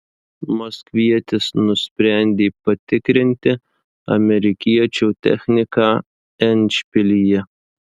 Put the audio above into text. maskvietis nusprendė patikrinti amerikiečio techniką endšpilyje